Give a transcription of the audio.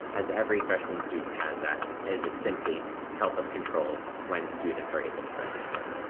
as every freshman student has that, and it is simply to help us control when students are able to register.